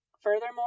Furthermore